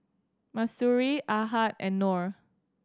Mahsuri Ahad and Nor